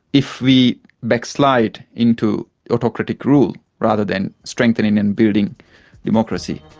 if we backslide into autocratic rule rather than strengthening and building democracy,